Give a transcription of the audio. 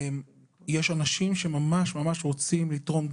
יש אנשים שמאוד רוצים לתרום דם,